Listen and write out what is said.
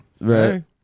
Right